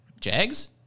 Jags